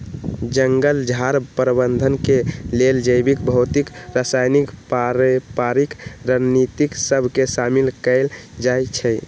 जंगल झार प्रबंधन के लेल जैविक, भौतिक, रासायनिक, पारंपरिक रणनीति सभ के शामिल कएल जाइ छइ